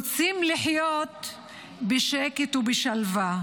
רוצים לחיות בשקט ובשלווה,